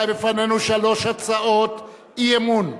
רבותי, בפנינו שלוש הצעות אי-אמון,